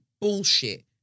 bullshit